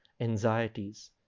anxieties